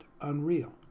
unreal